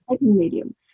medium